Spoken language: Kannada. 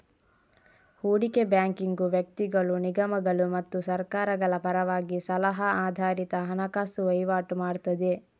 ಹೂಡಿಕೆ ಬ್ಯಾಂಕಿಂಗು ವ್ಯಕ್ತಿಗಳು, ನಿಗಮಗಳು ಮತ್ತು ಸರ್ಕಾರಗಳ ಪರವಾಗಿ ಸಲಹಾ ಆಧಾರಿತ ಹಣಕಾಸು ವೈವಾಟು ಮಾಡ್ತದೆ